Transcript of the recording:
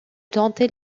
tenter